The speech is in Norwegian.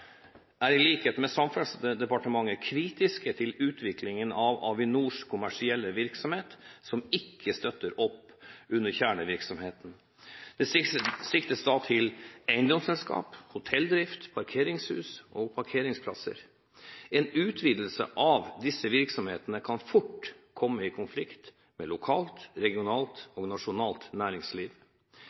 er, i likhet med Samferdselsdepartementet, kritisk til utviklingen av Avinors kommersielle virksomhet som ikke støtter opp under kjernevirksomheten. Det siktes til eiendomsselskap, hotelldrift, parkeringshus og parkeringsplasser. En utvidelse av virksomheten kan fort komme i konflikt med lokalt, regionalt og nasjonalt næringsliv.